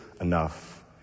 enough